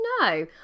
no